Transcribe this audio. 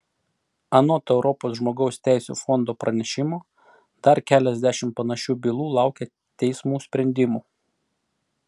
anot europos žmogaus teisių fondo pranešimo dar keliasdešimt panašių bylų laukia teismų sprendimų